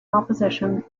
opposition